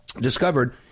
discovered